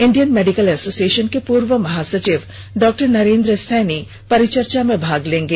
Indian medical association के पूर्व महासचिव डॉक्टर नरेन्द्र सैनी परिचर्चा में भाग लेंगे